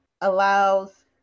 allows